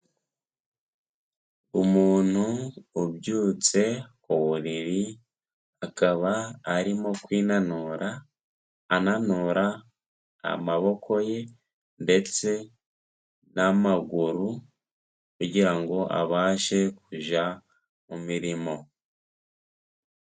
Umuntu ubyutse ku buriri, akaba arimo kwinanura ananura amaboko ye ndetse n'amaguru kugira ngo abashe kujya mu mirimo.